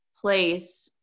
place